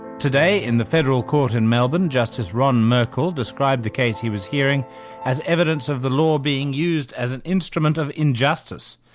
today in the federal court in melbourne, justice ron merkel described the case he was hearing as evidence of the law being used as an instrument of injustice.